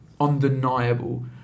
undeniable